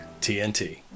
TNT